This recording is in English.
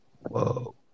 Whoa